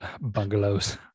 Bungalows